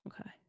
Okay